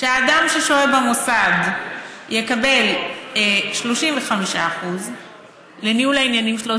שאדם ששוהה במוסד יקבל 35% לניהול העניינים שלו,